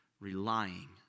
relying